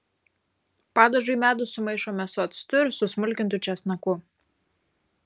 padažui medų sumaišome su actu ir susmulkintu česnaku